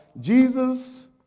Jesus